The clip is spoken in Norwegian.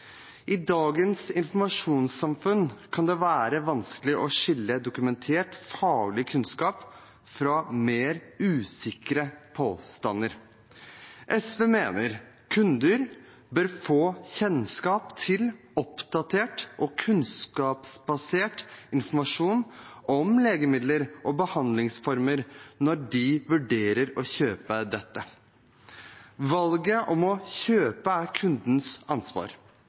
I dagens informasjonssamfunn kan det være vanskelig å skille dokumentert faglig kunnskap fra mer usikre påstander. SV mener kunder bør få kjennskap til oppdatert og kunnskapsbasert informasjon om legemidler og behandlingsformer når de vurderer å kjøpe dette. Valget om å kjøpe er kundens ansvar,